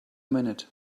minute